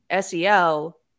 SEL